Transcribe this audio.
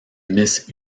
miss